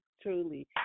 truly